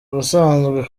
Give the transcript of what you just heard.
busanzwe